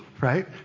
right